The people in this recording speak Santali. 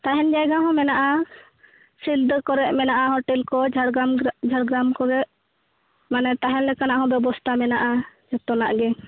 ᱛᱟᱦᱮᱱ ᱡᱟᱭᱜᱟ ᱦᱚᱸ ᱢᱮᱱᱟᱜᱼᱟ ᱥᱤᱞᱫᱟᱹ ᱠᱚᱨᱮᱫ ᱢᱮᱱᱟᱜᱼᱟ ᱦᱳᱴᱮᱞ ᱠᱚ ᱡᱷᱟᱲᱜᱨᱟᱢ ᱡᱷᱟᱲᱜᱮᱨᱟᱢ ᱠᱚᱨᱮᱫ ᱢᱟᱱᱮ ᱛᱟᱦᱮᱱ ᱞᱮᱠᱟᱱᱟᱜ ᱦᱚᱸ ᱵᱮᱵᱚᱥᱛᱟ ᱢᱮᱱᱟᱜᱼᱟ ᱡᱚᱛᱚᱱᱟᱜ ᱜᱮ